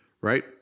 Right